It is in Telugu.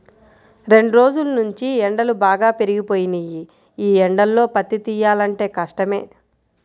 రెండ్రోజుల్నుంచీ ఎండలు బాగా పెరిగిపోయినియ్యి, యీ ఎండల్లో పత్తి తియ్యాలంటే కష్టమే